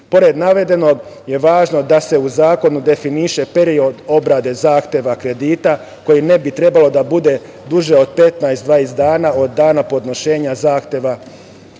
Pored navedenog je važno da se u zakonu definiše period obrade zahteva kredita koji ne bi trebalo da bude duže od 15, 20 dana od dana podnošenja zahteva